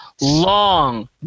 long